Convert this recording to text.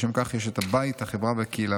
לשם כך יש את הבית, החברה בקהילה.